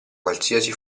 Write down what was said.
qualsiasi